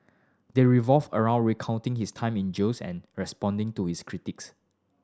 they revolve around recounting his time in jails and responding to his critics